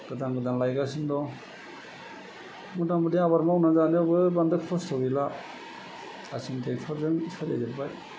गोदान गोदान लायगासिनो दं मता मति आबाद मावना जानायावबो बांद्राय खस्थ' गैला गासैबो ट्रेक्टर जों सोलिजोबबाय